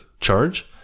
charge